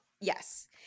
Yes